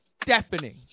Deafening